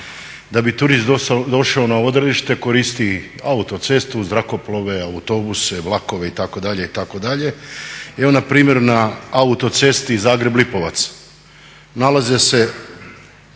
Da bi turist došao na odredište koristi autocestu, zrakoplove, autobuse, vlakove itd.,